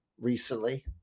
recently